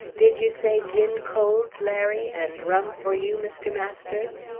did you say gin cold, larry and rum for you, mr. masters?